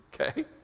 okay